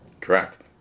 Correct